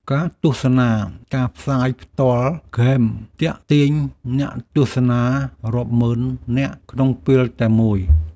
ការទស្សនាការផ្សាយផ្ទាល់ហ្គេម ទាក់ទាញអ្នកទស្សនារាប់ម៉ឺននាក់ក្នុងពេលតែមួយ។